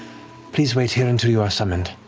please wait here until you are summoned.